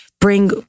bring